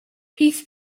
peace